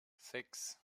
sechs